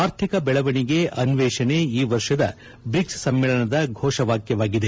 ಆರ್ಥಿಕ ಬೆಳವಣಿಗೆ ಅನ್ನೇಷಣೆ ಈ ವರ್ಷದ ಬ್ರಿಕ್ಸ್ ಸಮ್ಮೇಳನದ ಘೋಷವಾಕ್ಯವಾಗಿದೆ